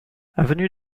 avenue